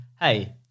Hey